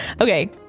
Okay